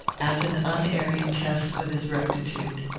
as an unerring test of his rectitude.